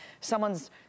someone's